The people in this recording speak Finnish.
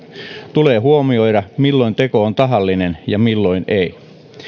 tulee huomioida milloin teko on tahallinen ja milloin ei